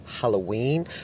Halloween